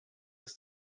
des